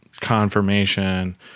confirmation